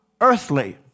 earthly